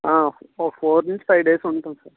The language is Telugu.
ఆ ఒక ఫోర్ నుంచి ఫైవ్ డేస్ ఉంటాం